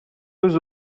eus